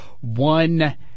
one